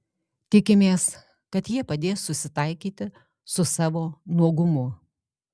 tikimės kad jie padės susitaikyti su savo nuogumu